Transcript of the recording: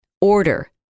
order